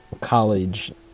college